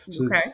Okay